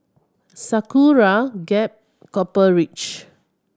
Sakura Gap Copper Ridge